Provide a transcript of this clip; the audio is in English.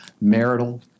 marital